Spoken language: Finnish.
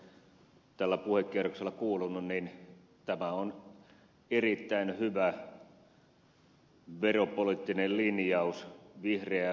niin kuin tässä on tällä puhekierroksella kuulunut niin tämä on erittäin hyvä veropoliittinen linjaus vihreää verouudistusta